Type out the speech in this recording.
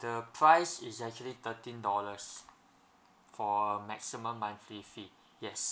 the price is actually thirteen dollars for a maximum monthly fee yes